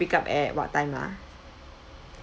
to pick up at what time ah